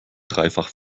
dreifach